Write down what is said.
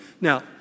Now